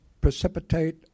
precipitate